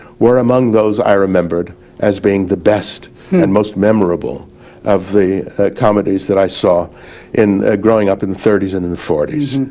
were among those i remembered as being the best and most memorable of the comedies that i saw growing up in the thirty s and in the forty s.